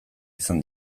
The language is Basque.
izan